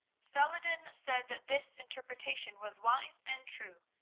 salah-ed-din said that this interpretation was wise and true,